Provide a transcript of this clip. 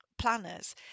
planners